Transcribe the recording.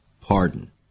pardon